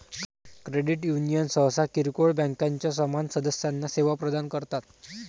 credit union सहसा किरकोळ बँकांच्या समान सदस्यांना सेवा प्रदान करतात